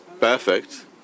perfect